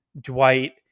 Dwight